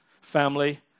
family